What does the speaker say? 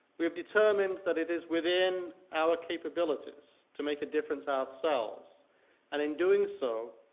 we have determined that it is within our capabilities to make a difference ourselves and in doing so,